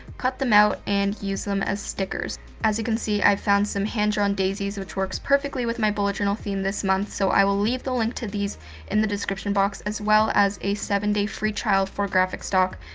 cut them out and use them as stickers. as you can see, i've found some hand drawn daisies which works perfectly with my bullet journal theme this month. so, i will leave the link to these in the description box as well as a seven day free trial for graphic's stock.